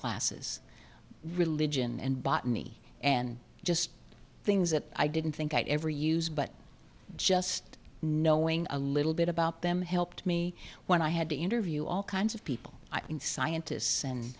classes religion and botany and just things that i didn't think i'd ever use but just knowing a little bit about them helped me when i had to interview all kinds of people and scientists and